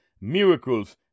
miracles